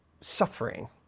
suffering